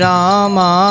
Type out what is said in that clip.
Rama